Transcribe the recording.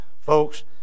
folks